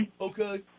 Okay